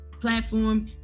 platform